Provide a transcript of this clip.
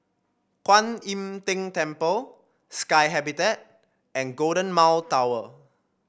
Kuan Im Tng Temple Sky Habitat and Golden Mile Tower